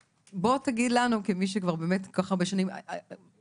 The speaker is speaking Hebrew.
בוא תגיד לנו בתור מי שכבר באמת כל כך הרבה שנים עוסק בזה,